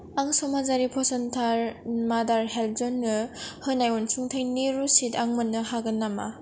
आं समाजारि फसंथान मादार हेल्पेजनो होनाय अनसुंथाइनि रसिद आं मोन्नो हागोन नामा